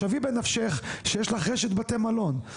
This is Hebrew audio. שווי בנפשך שיש לך רשת בתי מלון.